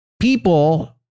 people